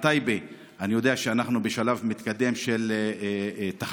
בטייבה אני יודע שאנחנו בשלב מתקדם של תחנות,